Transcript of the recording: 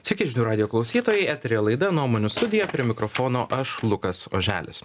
sveiki žinių radijo klausytojai eteryje laida nuomonių studija prie mikrofono aš lukas oželis